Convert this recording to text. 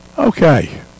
Okay